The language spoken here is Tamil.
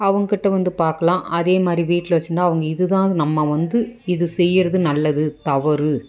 அவங்ககிட்ட வந்து பார்க்கலாம் அதேமாதிரி வீட்டில் வெச்சுருந்தா அவங்க இதுதான் நம்ம வந்து இது செய்கிறது நல்லது தவறு